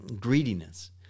greediness